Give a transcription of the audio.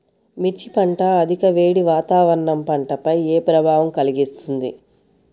మిర్చి పంట అధిక వేడి వాతావరణం పంటపై ఏ ప్రభావం కలిగిస్తుంది?